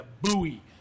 buoy